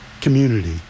community